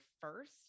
first